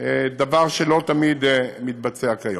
דבר שלא תמיד מתבצע כיום.